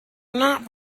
not